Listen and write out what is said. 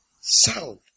Sound